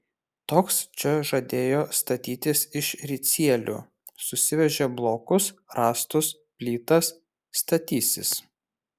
toks čia žadėjo statytis iš ricielių susivežė blokus rąstus plytas statysis